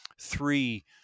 three